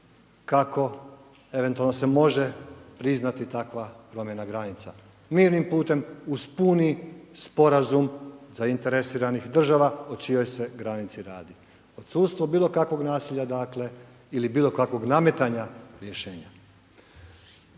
kako eventualno se može priznati takva promjena granica, mirnim putem uz puni Sporazum zainteresiranih država o čijoj se granici radi. Odsustvo bilo kakvog nasilja, dakle, ili bilo kakvog nametanja rješenja.